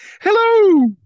Hello